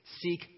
Seek